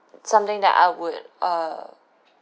something that I would uh